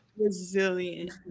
Resilient